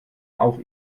auch